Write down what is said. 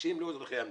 שהם אזרחי המדינה.